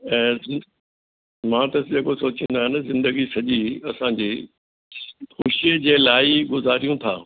ऐं मां त इसलिए पोइ सोचंदो आहे न ज़िंदगी सॼी असांजी ख़ुशीअ जे लाइ ई गुज़ारियूं था